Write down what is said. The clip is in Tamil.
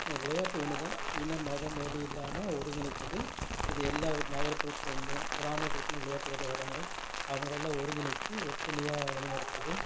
விளையாட்டு ஒன்று தான் இனம் மதம் மொழி இல்லாமல் ஒருங்கிணைக்குது இது எல்லாம் நகர்ப்புறத்தில் இருந்தும் கிராமப்புறத்தில் விளையாட்டு வீரர்கள் வர்றாங்க அவங்களல்லாம் ஒருங்கிணைத்து ஒற்றுமையாக வழி நடத்துது